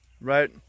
right